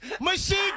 Machine